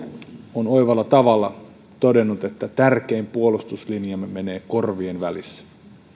on oivalla tavalla todennut että tärkein puolustuslinjamme menee korvien välissä